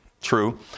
True